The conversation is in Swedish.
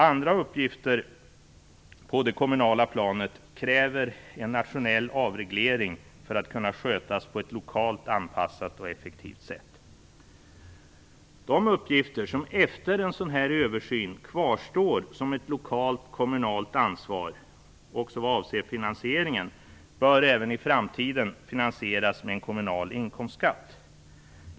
Andra uppgifter på det kommunala planet kräver en nationell avreglering för att kunna skötas på ett lokalt anpassat och effektivt sätt. De uppgifter som efter en översyn kvarstår som ett lokalt kommunalt ansvar - också vad avser finansieringen - bör även i framtiden finansieras med en kommunal inkomstskatt.